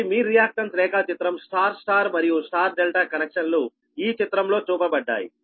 కాబట్టి మీ రియాక్టన్స్ రేఖాచిత్రం Y Y మరియు Y ∆ కనెక్షన్లు ఈ చిత్రంలో చూపబడ్డాయి